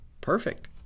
perfect